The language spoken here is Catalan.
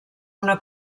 una